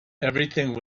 everything